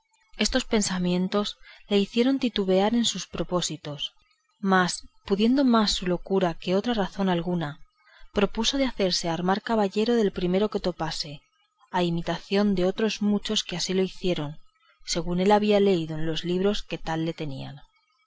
estos pensamientos le hicieron titubear en su propósito mas pudiendo más su locura que otra razón alguna propuso de hacerse armar caballero del primero que topase a imitación de otros muchos que así lo hicieron según él había leído en los libros que tal le tenían